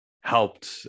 helped